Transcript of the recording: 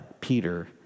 Peter